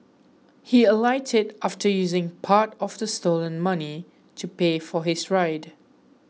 he alighted after using part of the stolen money to pay for his ride